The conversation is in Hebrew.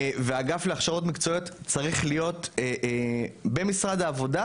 האגף להכשרות ממקצועיות צריך להיות במשרד העבודה,